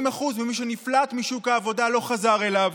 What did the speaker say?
80% ממי שנפלט משוק העבודה לא חזר אליו,